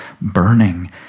burning